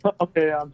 Okay